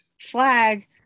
flag